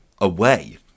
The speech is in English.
away